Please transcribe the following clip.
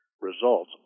results